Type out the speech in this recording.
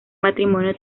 matrimonio